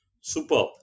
Super